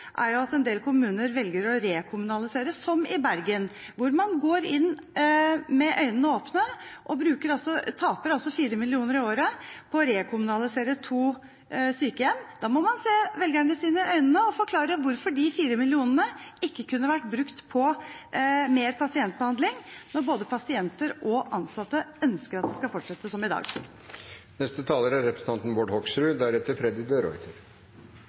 er at en del kommuner velger å rekommunalisere, som i Bergen, hvor man går inn med åpne øyne og altså taper 4 mill. kr i året på å rekommunalisere to sykehjem. Da må man se velgerne sine i øynene og forklare hvorfor de fire millionene ikke kunne vært brukt på mer pasientbehandling, når både pasienter og ansatte ønsker at det skal fortsette som i dag. Jeg tror også det er